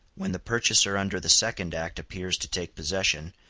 when the purchaser under the second act appears to take possession,